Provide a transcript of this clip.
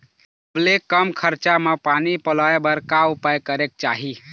सबले कम खरचा मा पानी पलोए बर का उपाय करेक चाही?